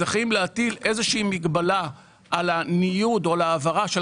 צריכים להטיל איזה שהיא מגבלה על הניוד או על העברה של